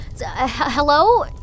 Hello